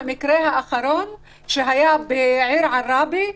המקרה האחרון היה בעיר עראבה,